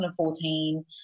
2014